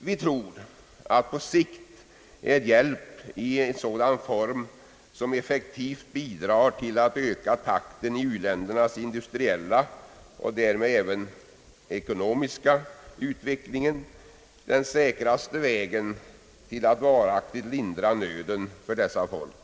Vi tror att på sikt är hjälp som effektivt bidrar att öka takten i u-ländernas industriella och därmed även ekonomiska utveckling den säkraste vägen till att varaktigt lindra nöden för dessa folk.